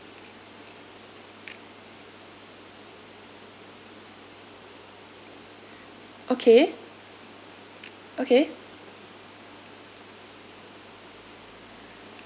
okay okay